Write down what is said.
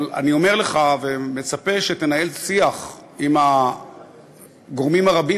אבל אני אומר לך ומצפה שתנהל שיח עם הגורמים הרבים.